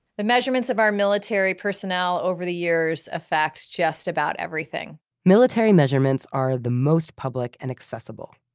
the measurements of our military personnel over the years affects just about everything military measurements are the most public and accessible,